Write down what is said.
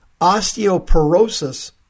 osteoporosis